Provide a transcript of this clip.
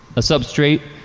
a substrate,